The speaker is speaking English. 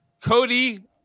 Cody